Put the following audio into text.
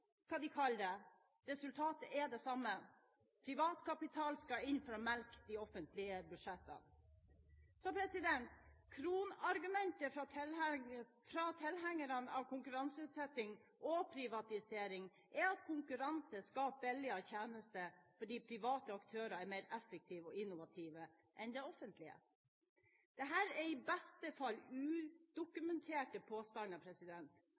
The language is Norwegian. hva de kaller det, resultatet er det samme: privat kapital skal inn for å melke de offentlige budsjettene. Kronargumentet fra tilhengerne av konkurranseutsetting og privatisering er at konkurranse skaper billigere tjenester fordi private aktører er mer effektive og innovative enn de offentlige. Dette er i beste fall udokumenterte påstander,